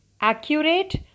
accurate